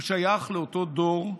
הוא שייך לאותו דור,